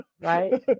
right